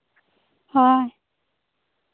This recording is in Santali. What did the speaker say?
ᱦᱳᱭ